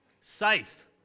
Safe